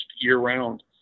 year-round